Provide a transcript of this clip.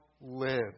live